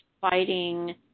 fighting